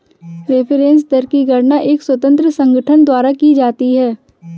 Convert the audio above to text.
reference दर की गणना एक स्वतंत्र संगठन द्वारा की जाती है